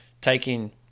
taking